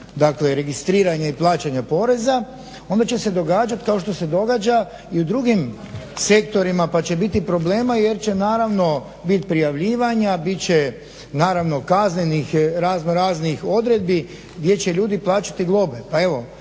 dakle registriranja i plaćanja poreza, onda će se događati kao što se događa i u drugim sektorima pa će biti problema jer će naravno biti prijavljivanja, bit će naravno kaznenih raznoraznih odredbi gdje će ljudi plaćati globe.